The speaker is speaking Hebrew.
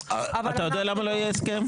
אתה יודע למה לא יהיה הסכם?